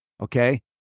Okay